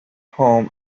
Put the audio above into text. home